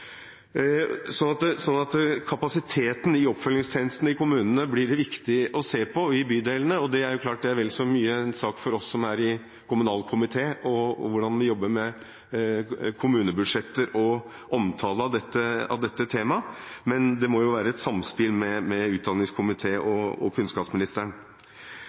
Kapasiteten i oppfølgingstjenesten i kommunene og i bydelene blir det viktig å se på. Det er klart at det er vel så mye en sak for oss som er i kommunal- og forvaltningskomiteen, hvordan vi jobber med kommunebudsjetter og omtale av dette temaet, men det må være et samspill med kirke-, utdannings- og forskningskomiteen og kunnskapsministeren.